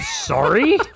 Sorry